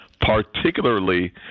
particularly